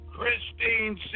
Christine